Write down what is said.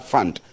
Fund